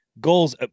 Goals